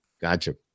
Gotcha